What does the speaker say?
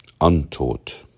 untaught